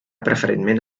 preferentment